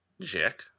Jack